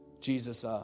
Jesus